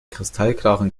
kristallklaren